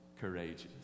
Courageous